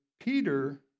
Peter